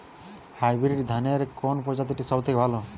Hybrid ধানের কোন প্রজীতিটি সবথেকে ভালো?